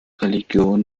religion